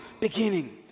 beginning